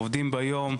עובדים ביום,